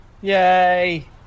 Yay